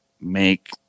make